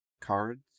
cards